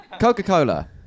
Coca-Cola